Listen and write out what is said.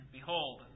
Behold